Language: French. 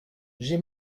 j’ai